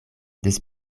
des